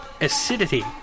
acidity